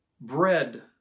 bread